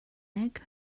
egg